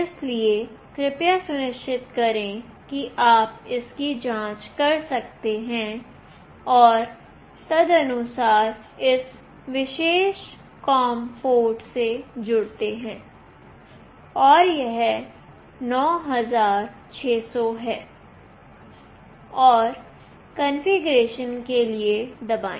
इसलिए कृपया सुनिश्चित करें कि आप इसकी जांच करते हैं और तदनुसार उस विशेष कॉम पोर्ट से जुड़ते हैंऔर यह 9600 है और कॉन्फ़िगरेशन के लिए दबाएं